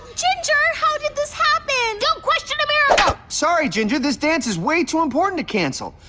ginger! how did this happen? don't question a miracle! sorry, ginger, this dance is way too important to cancel.